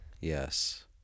Yes